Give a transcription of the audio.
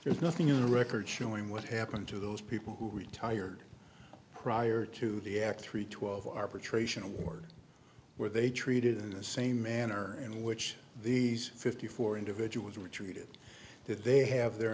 there's nothing in the record showing what happened to those people who retired prior to the act three twelve arbitration award where they treated in the same manner in which these fifty four individuals were treated they have their